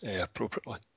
appropriately